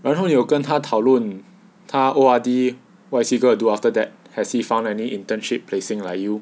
然后你有跟他讨论他 O_R_D what is he going to do after that has he found any internship placing like you